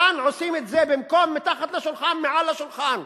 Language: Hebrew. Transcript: כאן עושים את זה, במקום מתחת לשולחן, מעל לשולחן.